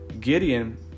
Gideon